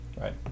Right